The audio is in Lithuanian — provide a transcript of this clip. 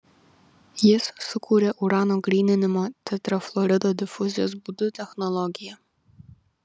jis sukūrė urano gryninimo tetrafluorido difuzijos būdu technologiją